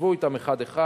ישבו אתם אחד-אחד,